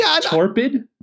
Torpid